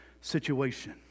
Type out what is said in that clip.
situation